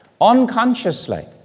unconsciously